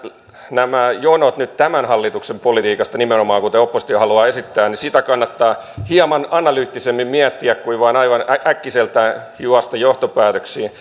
nämä jonot nyt tämän hallituksen politiikasta nimenomaan kuten oppositio haluaa esittää kannattaa hieman analyyttisemmin miettiä kuin vain aivan äkkiseltään juosta johtopäätöksiin